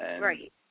right